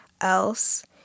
else